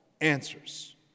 answers